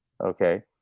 okay